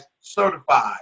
certified